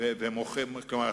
כלומר,